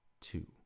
two